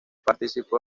participó